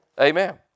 Amen